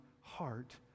heart